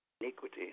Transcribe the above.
iniquity